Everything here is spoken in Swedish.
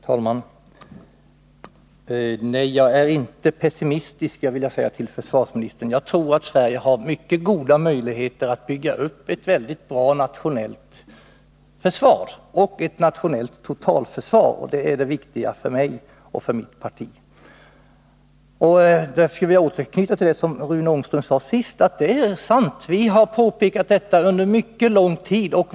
Herr talman! Nej, jag är inte pessimistisk — det vill jag säga till försvarsministern. Jag tror att Sverige har mycket goda möjligheter att bygga upp ett väldigt bra nationellt försvar — och ett nationellt totalförsvar. Det är det viktigaste för mig och mitt parti. Jag skulle vilja återknyta till det som Rune Ångström sade sist i sitt inlägg. Vi har haft denna inställning under mycket lång tid.